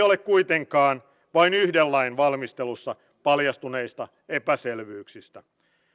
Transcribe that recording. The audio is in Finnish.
ole kuitenkaan vain yhden lain valmistelussa paljastuneista epäselvyyksistä